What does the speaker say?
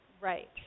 right